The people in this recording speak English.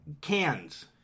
Cans